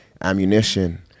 ammunition